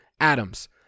Adams